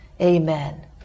amen